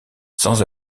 sans